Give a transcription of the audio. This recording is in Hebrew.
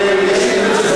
היא מעבירה את זה בינתיים?